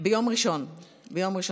ביום ראשון הקרוב.